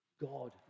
God